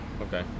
okay